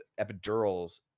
epidurals